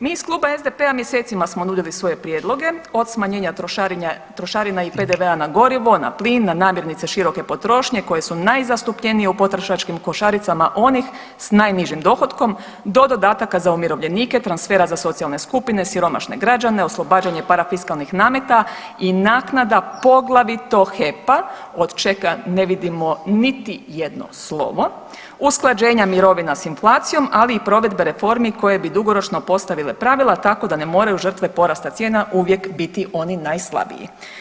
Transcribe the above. Mi iz kluba SDP-a mjesecima smo nudili svoje prijedloge od smanjenja trošarina i PDV-a na gorivo, na plin, na namirnice široke potrošnje koje su najzastupljenije u potrošačkim košaricama onih sa najnižim dohotkom do dodataka za umirovljenike, transfera za socijalne skupine, siromašne građane, oslobađanje parafiskalnih nameta i naknada poglavito HEP-a od čega ne vidimo niti jedno slovo, usklađenja mirovina sa inflacijom, ali i provedbe reformi koje bi dugoročno postavile pravila tako da ne moraju žrtve porasta cijena uvijek biti oni najslabiji.